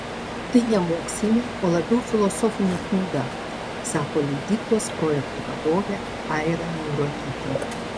tai ne mokslinė o labiau filosofinė knyga sako leidyklos projektų vadovė aira niauronytė